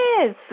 Yes